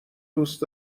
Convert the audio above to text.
دوست